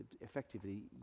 effectively